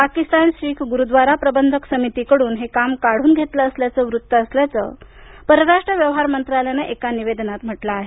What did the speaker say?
पाकिस्तान सीख गुरुद्वारा प्रबंधक समितीकडून हे काम काढून घेतलं असं वृत्त असल्याचं परराष्ट्र व्यवहार मंत्रालयानं एका निवेदनात म्हटलं आहे